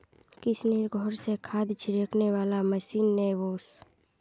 किशनेर घर स खाद छिड़कने वाला मशीन ने वोस